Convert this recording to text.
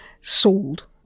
sold